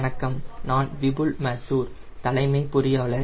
வணக்கம் நான் விபுல் மாத்தூர் தலைமை பொறியாளர்